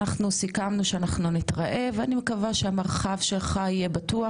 אנחנו סיכמנו שאנחנו נתראה ואני מקווה שהמרחב שלך יהיה בטוח,